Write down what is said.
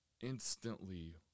Instantly